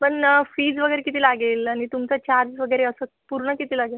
पण फीज वगैरे किती लागेल आणि तुमचा चार्ज वगैरे असं पूर्ण किती लागेल